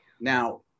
Now